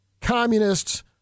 communists